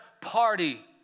party